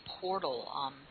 portal